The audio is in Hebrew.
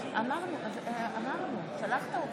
מצביעה יריב לוין, מצביע אביגדור ליברמן,